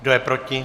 Kdo je proti?